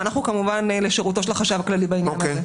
ואנחנו כמובן לשירותו של החשב הכללי בעניין הזה.